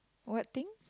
what thing